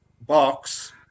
box